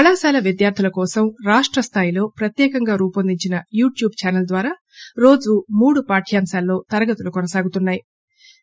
కళాశాల విద్యార్దుల కోసం రాష్టస్థాయిలో ప్రత్యేకంగా రూపొందించిన యూట్యూబ్ ఛానల్ ద్వారా రోజు మూడు పార్యాంకాల్లో తరగతులు కొనసాగుతున్నా యి